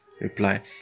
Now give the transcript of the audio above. reply